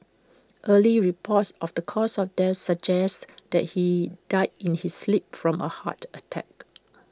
early reports of the cause of death suggests that he died in his sleep from A heart attack